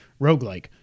roguelike